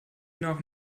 nach